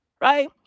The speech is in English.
right